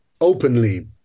openly